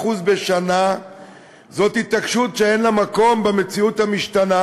בשנה זאת התעקשות שאין לה מקום במציאות המשתנה,